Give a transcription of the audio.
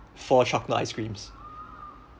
four chocolate ice creams